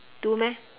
two meh